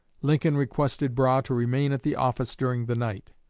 lincoln requested brough to remain at the office during the night.